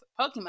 Pokemon